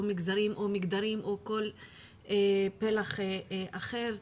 מגזרים או מגדרים או כל פלח אחר באוכלוסייה.